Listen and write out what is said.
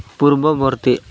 ପୂର୍ବବର୍ତ୍ତୀ